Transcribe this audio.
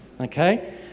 Okay